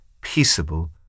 peaceable